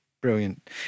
Brilliant